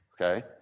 okay